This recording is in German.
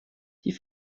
die